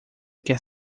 quer